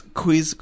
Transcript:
quiz